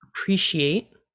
appreciate